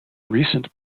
recent